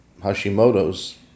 Hashimoto's